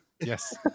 yes